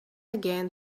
again